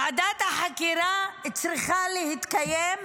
ועדת החקירה צריכה להתקיים,